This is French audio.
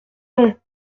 non